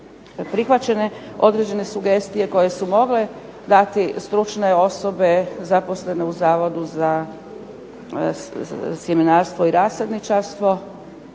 prihvaćene određene sugestije koje su mogle dati stručne osobe zaposlene u Zavodu za sjemenarstvo i rasadničarstvo